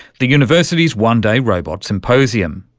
the university's one-day robot symposium.